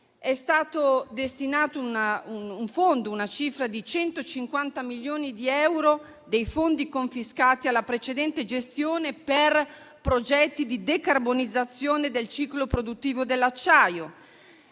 È stata destinata la cifra di 150 milioni di euro dei fondi confiscati alla precedente gestione per progetti di decarbonizzazione del ciclo produttivo dell'acciaio.